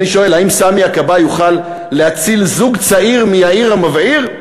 אני שואל: האם סמי הכבאי יוכל להציל זוג צעיר מיאיר המבעיר?